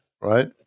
right